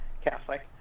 Catholic